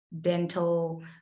dental